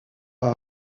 par